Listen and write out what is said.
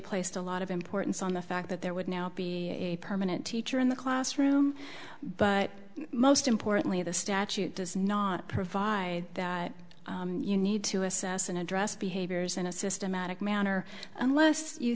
placed a lot of importance on the fact that there would now be a permanent teacher in the classroom but most importantly the statute does not provide that you need to assess and address behaviors in a systematic manner unless you